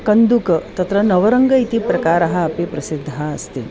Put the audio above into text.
कन्दुकं तत्र नवरङ्गम् इति प्रकारः अपि प्रसिद्धः अस्ति